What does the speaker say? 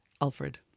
Alfred